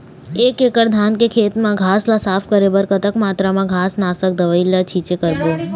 एक एकड़ धान के खेत मा घास ला साफ करे बर कतक मात्रा मा घास नासक दवई के छींचे करबो?